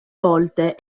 volte